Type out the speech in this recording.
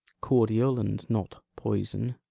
cordial and not poison,